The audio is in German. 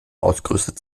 ausgerüstet